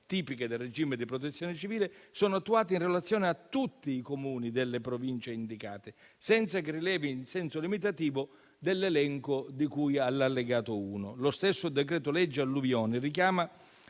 tipiche del regime di protezione civile, sono attuate in relazione a tutti i Comuni delle Province indicate, senza che rilevi in senso limitativo l'elenco di cui all'allegato 1. Lo stesso decreto-legge alluvioni richiama